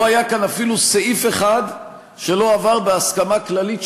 לא היה כאן אפילו סעיף אחד שלא עבר בהסכמה כללית,